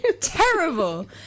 Terrible